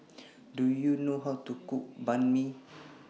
Do YOU know How to Cook Banh MI